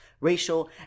racial